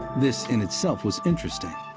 this in itself was interesting,